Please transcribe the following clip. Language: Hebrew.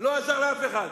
לא עזר לאף אחד.